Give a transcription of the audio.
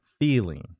feeling